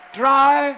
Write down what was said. try